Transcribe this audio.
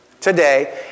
Today